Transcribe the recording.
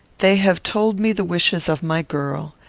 they have told me the wishes of my girl.